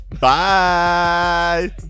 Bye